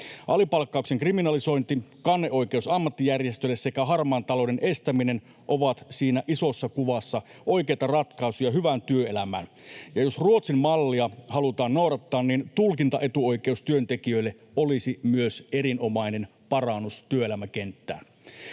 Alipalkkauksen kriminalisointi, kanneoikeus ammattijärjestöille sekä harmaan talouden estäminen ovat siinä isossa kuvassa oikeita ratkaisuja hyvään työelämään. Ja jos Ruotsin mallia halutaan noudattaa, niin tulkintaetuoikeus työntekijöille olisi myös erinomainen parannus työelämäkenttään.